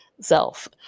self